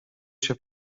się